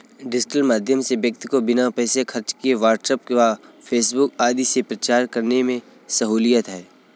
digital माध्यम से व्यक्ति को बिना पैसे खर्च किए व्हाट्सएप व फेसबुक आदि से प्रचार करने में सहूलियत है